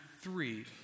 three